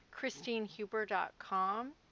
christinehuber.com